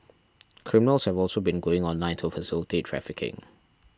criminals have also been going online to facilitate trafficking